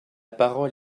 parole